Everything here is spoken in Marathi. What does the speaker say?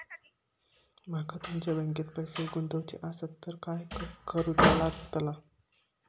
माका तुमच्या बँकेत पैसे गुंतवूचे आसत तर काय कारुचा लगतला?